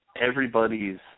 everybody's